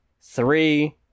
Three